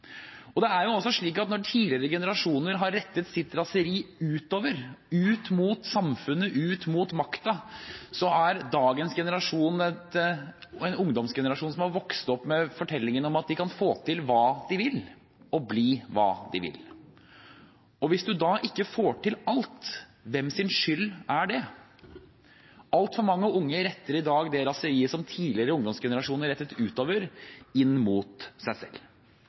Det er også slik at mens tidligere generasjoner har rettet sitt raseri utover – ut mot samfunnet, ut mot makten – er dagens ungdomsgenerasjon en generasjon som har vokst opp med fortellingen om at de kan få til hva de vil, og bli hva de vil. Hvis man da ikke får til alt, hvem sin skyld er det? Altfor mange unge retter i dag det raseriet som tidligere ungdomsgenerasjoner rettet utover, inn mot seg selv.